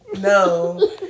No